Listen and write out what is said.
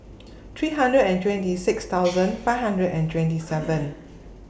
three hundred and twenty six thousand five hundred and twenty seven